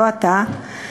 לא אתה,